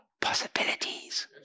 possibilities